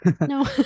No